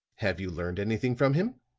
have you learned anything from him?